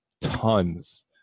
tons